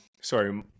sorry